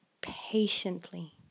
patiently